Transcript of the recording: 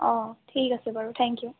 অঁ ঠিক আছে বাৰু থেংক ইউ